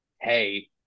hey